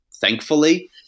Thankfully